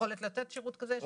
יכולת לתת שירות כזה.